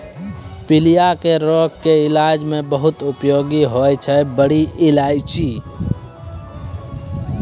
पीलिया के रोग के इलाज मॅ बहुत उपयोगी होय छै बड़ी इलायची